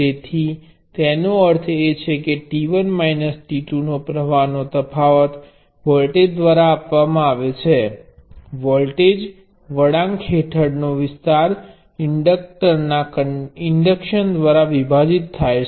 તેથી તેનો અર્થ એ છે કે t1 t0નો પ્ર્વાહ નો તફાવત વોલ્ટેજ દ્વારા આપવામાં આવે છે વોલ્ટેજ વળાંક હેઠળનો વિસ્તાર ઇન્ડક્ટરના ઇન્ડક્શન દ્વારા વિભાજિત થાય છે